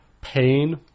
pain